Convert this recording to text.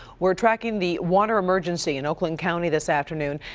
we're tracking the water emergency in oakland county this afternoon.